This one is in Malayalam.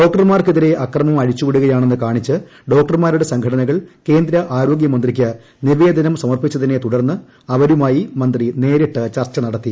ഡോക്ടർമാർക്കെതിരെ അർക്കമർ അഴിച്ചുവിടുകയാണെന്ന് കാണിച്ച് ഡോക്ടർമാരുടെ സംഘടനകൾ കേന്ദ്ര ആരോഗ്യ മന്ത്രിക്ക് നിവേദനം സമർപ്പിച്ച്തിന്ന് തുടർന്ന് അവരുമായി മന്ത്രി നേരിട്ട് ചർച്ച നടത്തി